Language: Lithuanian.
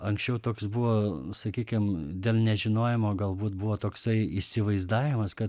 anksčiau toks buvo sakykim dėl nežinojimo galbūt buvo toksai įsivaizdavimas kad